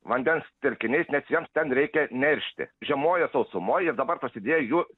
vandens telkiniais nes jiems ten reikia neršti žiemoja sausumoj ir dabar prasidėjo jų